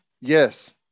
Yes